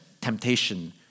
temptation